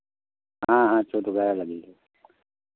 हाँ हाँ चोट वगैरह लगी है